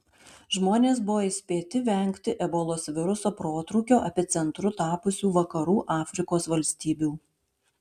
žmonės buvo įspėti vengti ebolos viruso protrūkio epicentru tapusių vakarų afrikos valstybių